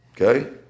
Okay